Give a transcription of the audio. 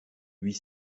huit